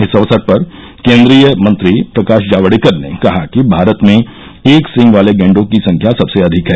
इस अवसर पर केंद्रीय मंत्री प्रकाश जावड़ेकर ने कहा कि भारत में एक सींग वाले गेंडों की संख्या सबसे अधिक है